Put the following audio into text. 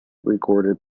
recorded